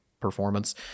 performance